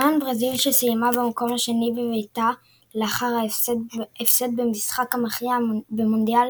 למעט ברזיל שסיימה במקום השני בביתה לאחר הפסד במשחק המכריע במונדיאל